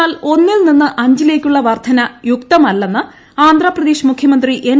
എന്നാൽ ഒന്നിൽ നിന്ന് അഞ്ചിലേയ്ക്കുള്ള വർദ്ധന യുക്തമല്ലെന്ന് ആന്ധ്രാപ്രദേശ് മുഖ്യമന്ത്രി എൻ